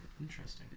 Interesting